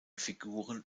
figuren